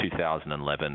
2011